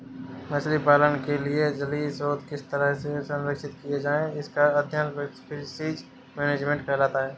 मछली पालन के लिए जलीय स्रोत किस तरह से संरक्षित किए जाएं इसका अध्ययन फिशरीज मैनेजमेंट कहलाता है